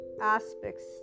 aspects